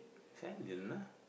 silent lah